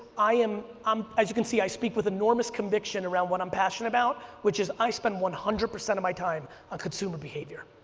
i am, um as you can see i speak with enormous conviction around what i'm passionate about, which is i spend one hundred percent of my time on consumer behavior,